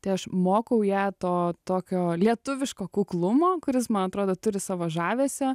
tai aš mokau ją to tokio lietuviško kuklumo kuris man atrodo turi savo žavesio